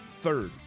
third